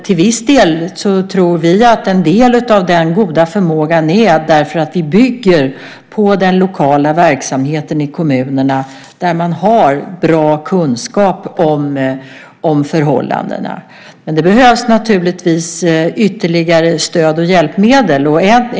Till viss del tror vi att denna goda förmåga beror på att vi bygger på den lokala verksamheten i kommunerna, där man har bra kunskap om förhållandena. Naturligtvis behövs det dock ytterligare stöd och hjälpmedel.